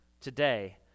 today